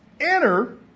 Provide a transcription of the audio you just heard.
enter